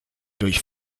durch